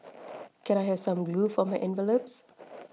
can I have some glue for my envelopes